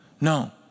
No